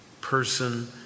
person